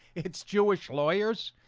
it's jewish lawyers,